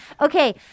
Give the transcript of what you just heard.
okay